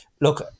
look